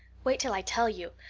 wait till i tell you.